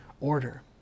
order